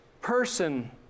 person